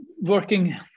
working